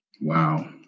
Wow